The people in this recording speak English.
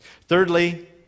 Thirdly